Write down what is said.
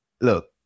look